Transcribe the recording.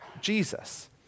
Jesus